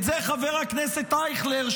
את זה חבר הכנסת אייכלר,